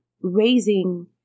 raising